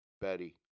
Betty